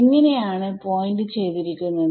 എങ്ങാനെ ആണ് പോയിന്റ് ചെയ്തിരിക്കുന്നത്